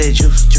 juice